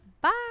bye